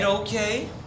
Okay